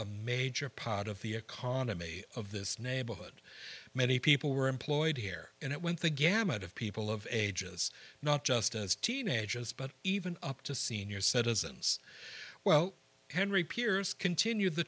a major part of the economy of this neighborhood many people were employed there and it went the gamut of people of ages not just as teenagers but even up to senior citizens well henry peers continue the